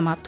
समाप्त